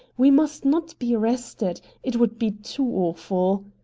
we must not be arrested! it would be too awful!